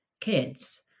kids